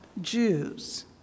Jews